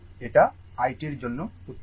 এটা i t জন্য উত্তর